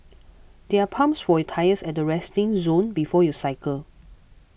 there are pumps for your tyres at the resting zone before you cycle